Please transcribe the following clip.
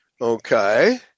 okay